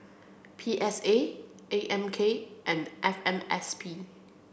P S A A M K and F M S P